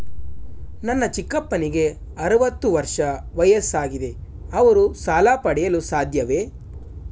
ನನ್ನ ಚಿಕ್ಕಪ್ಪನಿಗೆ ಅರವತ್ತು ವರ್ಷ ವಯಸ್ಸಾಗಿದೆ ಅವರು ಸಾಲ ಪಡೆಯಲು ಸಾಧ್ಯವೇ?